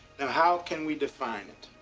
now, how can we define it?